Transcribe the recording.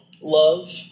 love